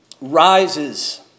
rises